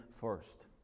first